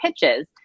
pitches